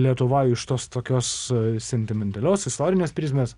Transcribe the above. lietuva iš tos tokios sentimentalios istorinės prizmės